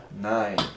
Nine